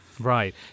Right